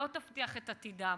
שלא תבטיח את עתידם.